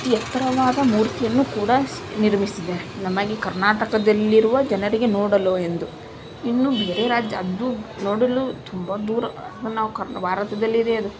ಅತಿ ಎತ್ತರವಾದ ಮೂರ್ತಿಯನ್ನು ಕೂಡ ಸ್ ನಿರ್ಮಿಸಿದ್ದಾರೆ ನಮಗೆ ಕರ್ನಾಟಕದಲ್ಲಿರುವ ಜನರಿಗೆ ನೋಡಲು ಎಂದು ಇನ್ನು ಬೇರೆ ರಾಜ್ಯ ಅದು ನೋಡಲು ತುಂಬ ದೂರ ನಾವು ಕರ್ ಭಾರತದಲ್ಲಿಯೇ ಇದೆ ಅದು